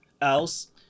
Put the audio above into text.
else